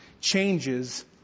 changes